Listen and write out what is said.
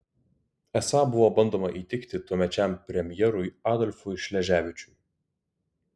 esą buvo bandoma įtikti tuomečiam premjerui adolfui šleževičiui